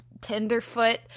tenderfoot